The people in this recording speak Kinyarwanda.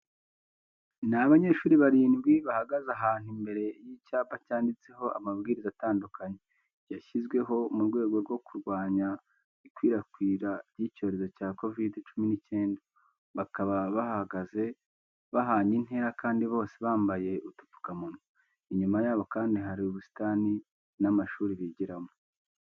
Ni abanyeshuri barindwi bahagaze ahantu imbere y'icyapa cyanditseho amabwiriza atandukanye, yashyizweho mu rwego rwo kurwanya ikwirakwira ry'icyorezo cya kovide cumi n'icyenda. Bakaba bahagaze bahanye intera kandi bose bambaye udupfukamunwa, inyuma yabo kandi hari ubusitani n'amashuri bigiramo.